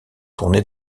tournées